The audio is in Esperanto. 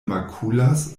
makulas